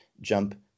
jump